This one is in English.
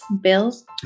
bills